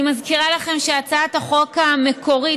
אני מזכירה לכם שהצעת החוק המקורית,